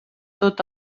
tot